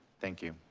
thank you.